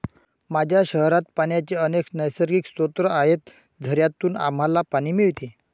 माझ्या शहरात पाण्याचे अनेक नैसर्गिक स्रोत आहेत, झऱ्यांतून आम्हाला पाणी मिळते